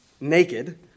naked